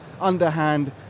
underhand